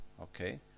Okay